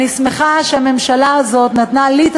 ואני שמחה שהממשלה הזאת נתנה לי את